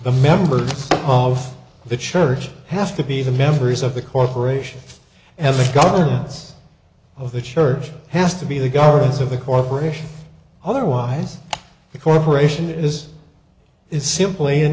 the members of the church have to be the members of the corporation and the governance of the church has to be the governance of a corporation otherwise the corporation it is is simply an